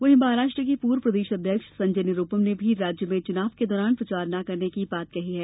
वहीं महाराष्ट्र के पूर्व प्रदेश अध्यक्ष संजय निरूपम ने भी राज्य में चुनाव के दौरान प्रचार न करने की बात कही है